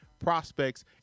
Prospects